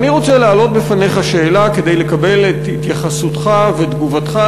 ואני רוצה להעלות בפניך שאלה כדי לקבל את התייחסותך ואת תגובתך,